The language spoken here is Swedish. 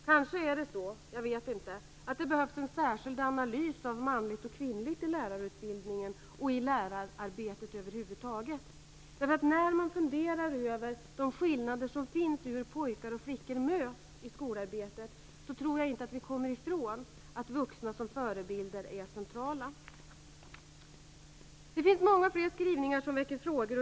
Kanske, men jag vet inte, behövs det en särskild analys av manligt och kvinnligt i lärarutbildningen och i lärararbetet över huvud taget. Man kan fundera över de skillnader som finns när det gäller hur pojkar och flickor möts i skolarbetet. Jag tror inte att vi kommer ifrån att det är centralt med vuxna förebilder. Det finns många fler skrivningar som väcker frågor.